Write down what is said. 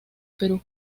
perú